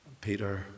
Peter